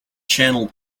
channel